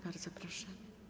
Bardzo proszę.